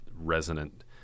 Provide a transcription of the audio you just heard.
resonant